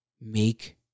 Make